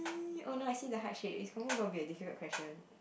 mm oh no I see the heart shaped it's confirmed going to be a difficult question